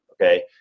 Okay